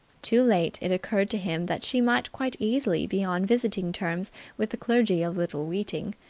too late it occurred to him that she might quite easily be on visiting terms with the clergy of little weeting.